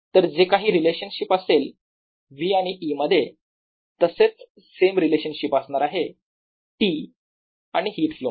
तर जे काही रिलेशनशिप असेल V आणि E मध्ये तसेच सेम रिलेशनशिप असणार आहे T आणि हीट फ्लो मध्ये